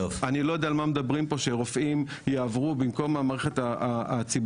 אני לא יודע על מה מדברים פה שרופאים יעברו במקום המערכת הציבורית,